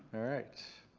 alright.